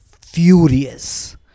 furious